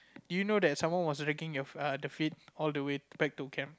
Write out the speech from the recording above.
do you know that someone was dragging their ah the feet all the way back to camp